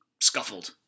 scuffled